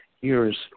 years